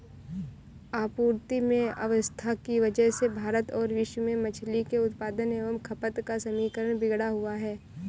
आपूर्ति में अव्यवस्था की वजह से भारत और विश्व में मछली के उत्पादन एवं खपत का समीकरण बिगड़ा हुआ है